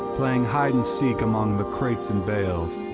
playing hide and seek among the crates and bales,